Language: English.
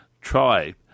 try